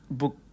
book